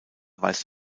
weist